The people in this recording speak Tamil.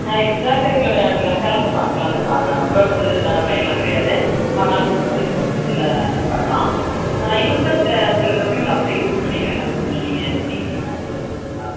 ஆ எக்ஸ்ட்ரா கரிக்குலர் அதில் கலந்துக்கிறான் கலந்துக்கிறான் ரொம்ப வந்து இதான பையன்லாம் கிடையாது அவனால் முடிஞ்ச வரைக்கும் ஒரு சிலதில் அட்டென்ட் பண்ணுறான் இன்னும் கூட சில திறமைகள் அவன்கிட்ட இருக்குன்னு நினைக்குறேன் அதை கொஞ்சம் நீங்கள் இது பண்ணிட்டிங்கன்னால் இன்னும் கொஞ்சம் நல்லாயிருக்கும்